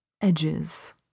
edges